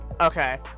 Okay